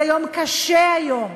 זה יום קשה היום,